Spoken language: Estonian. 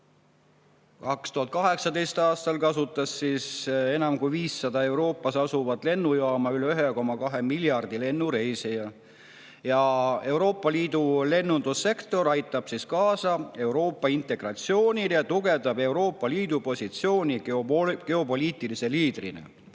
2018. aastal kasutas enam kui 500 Euroopas asuvat lennujaama üle 1,2 miljardi lennureisija. Euroopa Liidu lennundussektor aitab kaasa Euroopa integratsioonile ja tugevdab Euroopa Liidu positsiooni geopoliitilise liidrina. Aga